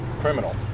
criminal